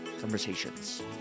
conversations